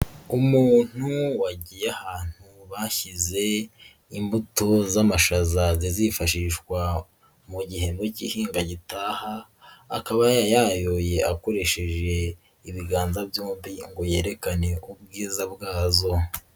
Umuntu wagiye ahantu bashyize imbuto z'amashaza zifashishwa mu gihembwe cy'igihinga gitaha, akaba yayayoye akoresheje ibiganza byombi ngo yerekane ubwiza bwazo.